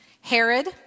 Herod